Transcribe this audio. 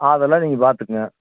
அதெல்லாம் நீங்கள் பார்த்துக்கங்க